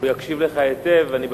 הוא יקשיב לך היטב, אני בטוח.